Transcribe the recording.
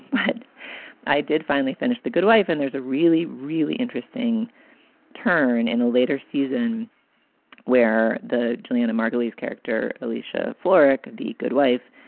but i did finally finish the good wife. and there's a really, really interesting turn in a later season where the julianna margulies character, alicia florek, the good wife,